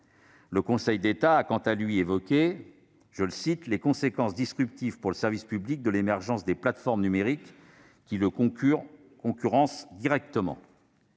Le Conseil d'État a quant à lui évoqué « les conséquences disruptives pour le service public de l'émergence des plateformes numériques qui le concurrencent directement ».